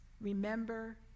Remember